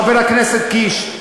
חבר הכנסת קיש,